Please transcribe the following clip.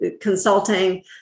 consulting